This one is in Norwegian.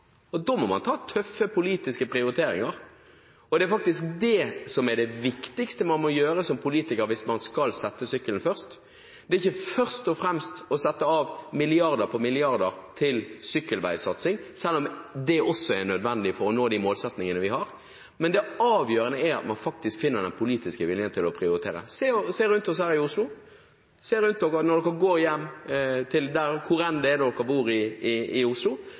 annet. Da må man foreta tøffe politiske prioriteringer, og det er faktisk det som er det viktigste man som politiker må gjøre hvis man skal sette sykkelen først – det er ikke først og fremst å sette av milliarder på milliarder til sykkelveisatsing, selv om det også er nødvendig for å nå de målsettingene vi har. Det avgjørende er at en faktisk finner den politiske viljen til å prioritere. Se rundt dere her i Oslo, se rundt dere når dere går hjem til hvor enn dere bor i Oslo, se på de stedene, og dere vil forstå at som syklist møter man utfordringer hver eneste dag i